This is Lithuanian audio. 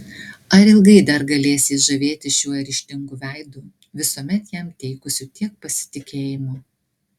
ar ilgai dar galės jis žavėtis šiuo ryžtingu veidu visuomet jam teikusiu tiek pasitikėjimo